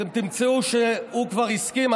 אתם תמצאו שהוא כבר הסכים.